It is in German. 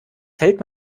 fällt